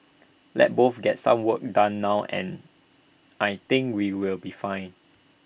let's both get some work done now and I think we will be fine